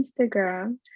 instagram